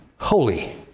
Holy